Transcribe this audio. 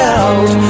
out